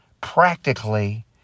practically